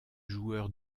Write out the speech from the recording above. joueur